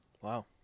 Wow